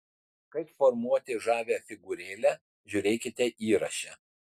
kaip formuoti žavią figūrėlę žiūrėkite įraše